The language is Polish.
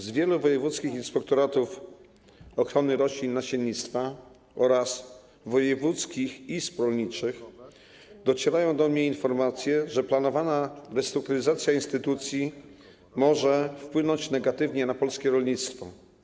Z wielu wojewódzkich inspektoratów ochrony roślin i nasiennictwa oraz wojewódzkich izb rolniczych docierają do mnie informacje, że planowana restrukturyzacja instytucji może wpłynąć negatywnie na polskie rolnictwo.